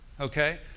Okay